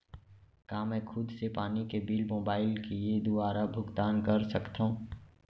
का मैं खुद से पानी के बिल मोबाईल के दुवारा भुगतान कर सकथव?